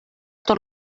tot